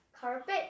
carpet